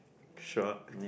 sure